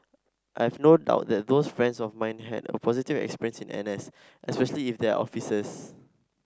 I have no doubt that those friends of mine had a positive experience in N S especially if they are officers